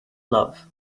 love